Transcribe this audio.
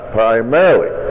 primarily